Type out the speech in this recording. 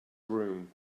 room